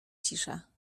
cisza